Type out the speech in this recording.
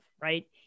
right